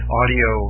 audio